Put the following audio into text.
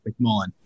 McMullen